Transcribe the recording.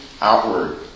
outward